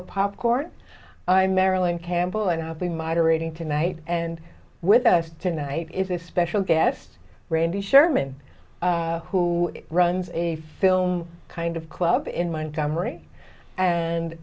of popcorn i'm marilyn campbell and i have been moderating tonight and with us tonight is a special guest randy sherman who runs a film kind of club in montgomery and